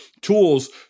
tools